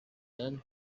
then